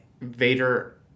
Vader